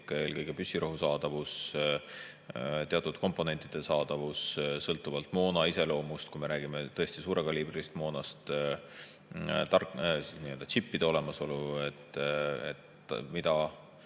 eelkõige püssirohu saadavus, teatud komponentide saadavus sõltuvalt moona iseloomust. Kui me räägime tõesti suurekaliibrilisest moonast, siischip'ide olemasolu – mida